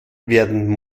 werden